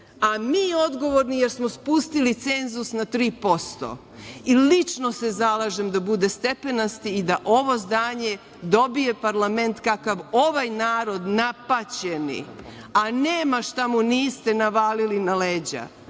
a mi odgovorni jer smo spustili cenzus na 3%. Lično se zalažem da bude stepenasti i da ovo zdanje dobije parlament kakav ovaj narod napaćeni, a nema šta mu niste navalili na leđa,